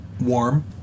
Warm